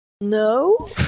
No